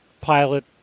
pilot